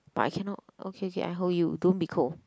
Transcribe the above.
but I cannot okay okay I hold you don't be cold